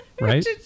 right